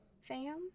fam